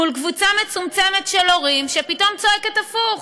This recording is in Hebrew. מול קבוצה מצומצמת של הורים שפתאום צועקת הפוך.